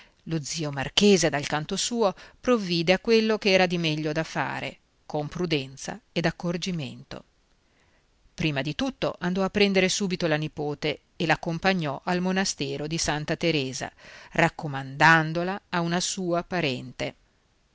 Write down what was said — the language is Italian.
lo zio marchese dal canto suo provvide a quello che c'era di meglio da fare con prudenza ed accorgimento prima di tutto andò a prendere subito la nipote e l'accompagnò al monastero di santa teresa raccomandandola a una sua parente